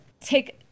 take